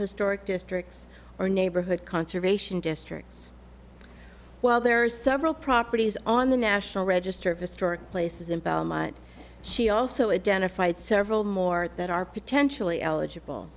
historic districts or neighborhood conservation districts while there are several properties on the national register of historic places in belmont she also a den of fight several more that are potentially eligible